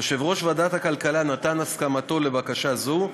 יושב-ראש ועדת הכלכלה נתן את הסכמתו לבקשה זו.